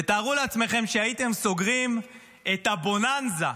ותארו לעצמכם שהייתם סוגרים את הבוננזה,